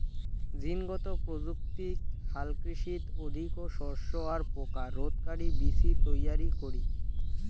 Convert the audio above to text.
জীনগত প্রযুক্তিক হালকৃষিত অধিকো শস্য আর পোকা রোধকারি বীচি তৈয়ারী করি